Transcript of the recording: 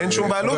אין שום בעלות.